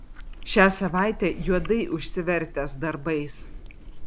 šią savaitę juodai užsivertęs darbais